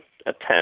attempt